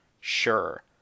sure